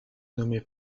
nommé